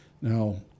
now